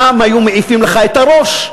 שם היו מעיפים לך את הראש.